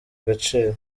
agaciro